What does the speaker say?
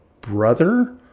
brother